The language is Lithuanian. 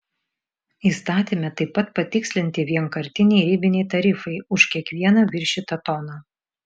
įstatyme taip pat patikslinti vienkartiniai ribiniai tarifai už kiekvieną viršytą toną